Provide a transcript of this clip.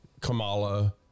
Kamala